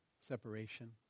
separation